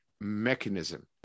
mechanism